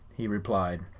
he replied.